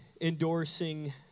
endorsing